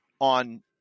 on